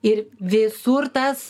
ir visur tas